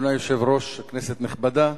אדוני היושב-ראש, כנסת נכבדה,